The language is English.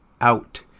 Out